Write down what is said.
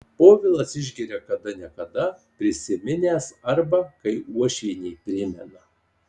povilas išgeria kada ne kada prisiminęs arba kai uošvienė primena